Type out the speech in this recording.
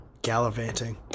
Gallivanting